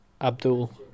Abdul